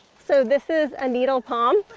so this is a needle palm.